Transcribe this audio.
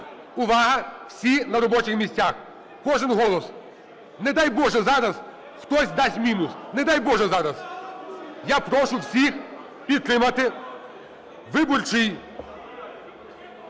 Увага! Всі на робочих місцях. Кожен голос! Не дай Боже, зараз хтось дасть мінус! Не дай Боже зараз! Я прошу всіх підтримати Виборчий